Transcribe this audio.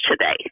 today